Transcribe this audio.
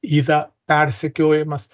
yra persekiojamas